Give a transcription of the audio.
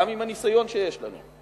גם עם הניסיון שיש לנו,